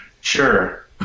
Sure